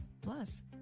Plus